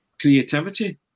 creativity